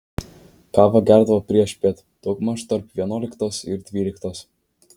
kavą gerdavo priešpiet daugmaž tarp vienuoliktos ir dvyliktos